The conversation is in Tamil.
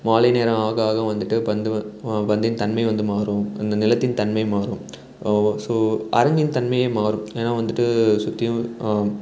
மாலை நேரம் ஆக ஆக வந்துட்டு பந்து வ பந்தின் தன்மை வந்து மாறும் அந்த நிலத்தின் தன்மை மாறும் ஸோ அரங்கின் தன்மையே மாறும் ஏன்னால் வந்துட்டு சுற்றியும்